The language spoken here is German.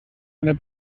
einer